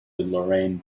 lorraine